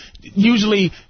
usually